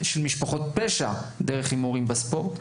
משפחות פשע דרך הימורים בספורט.